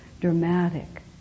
dramatic